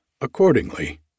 Accordingly